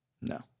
No